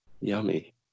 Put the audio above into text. Yummy